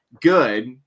good